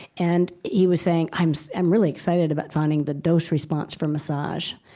and he was saying, i'm so i'm really excited about finding the dose response for massage.